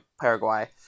Paraguay